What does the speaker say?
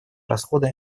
расходы